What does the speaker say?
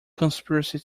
conspiracy